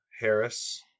Harris